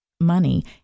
money